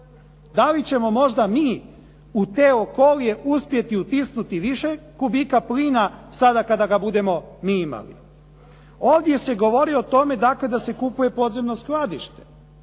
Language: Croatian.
Da li ćemo možda mi u te Okolije uspjeti utisnuti više kubika plina sada kada ga budemo mi imali? Ovdje se govori o tome dakle da se kupuje podzemno skladište,